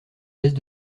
baisse